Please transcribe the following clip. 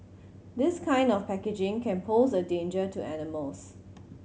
this kind of packaging can pose a danger to animals